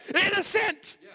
innocent